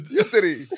Yesterday